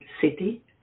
city